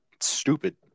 stupid